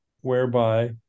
whereby